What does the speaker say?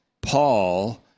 Paul